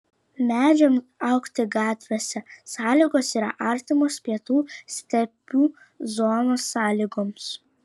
medžiams augti gatvėse sąlygos yra artimos pietų stepių zonos sąlygoms